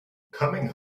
coming